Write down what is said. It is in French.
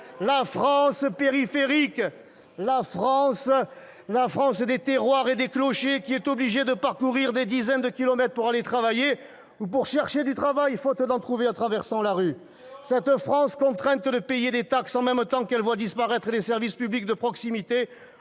la France périphérique, la France des terroirs et des clochers, qui est obligée de parcourir des dizaines de kilomètres pour aller travailler ou pour chercher du travail, faute d'en trouver en traversant la rue ! C'est cette France contrainte de payer des taxes en même temps qu'elle voit disparaître les services publics de proximité,